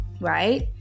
right